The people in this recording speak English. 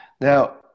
Now